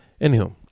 Anywho